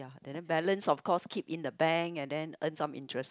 and then balance of course keep in the bank and then earn some interest